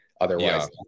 otherwise